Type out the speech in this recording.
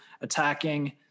attacking